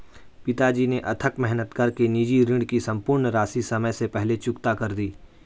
पिताजी ने अथक मेहनत कर के निजी ऋण की सम्पूर्ण राशि समय से पहले चुकता कर दी